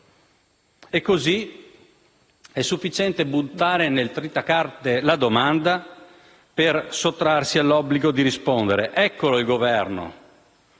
E così è sufficiente buttare nel tritacarte la domanda per sottrarsi all'obbligo di rispondere. Eccolo il Governo.